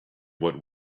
what